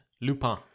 Lupin